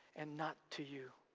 and not to you,